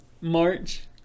march